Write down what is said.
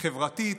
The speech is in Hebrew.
חברתית,